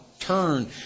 turn